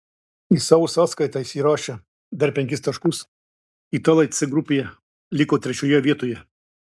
į savo sąskaitą įsirašę dar penkis taškus italai c grupėje liko trečioje vietoje